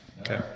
Okay